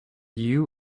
you